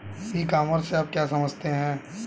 ई commerce से आप क्या समझते हैं?